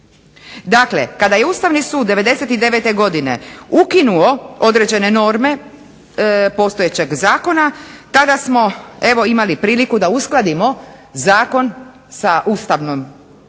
Dakle, kada je Ustavni sud '99. godine ukinuo određene norme postojećeg zakona tada smo evo imali priliku da uskladimo zakon sa ustavnom